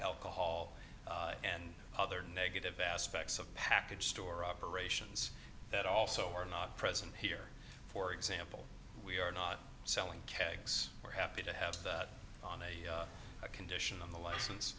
alcohol and other negative aspects of package store operations that also are not present here for example we are not selling kegs we're happy to have that on a condition on the license